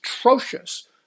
atrocious